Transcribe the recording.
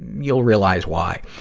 you'll realize why.